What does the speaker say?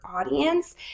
audience